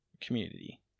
community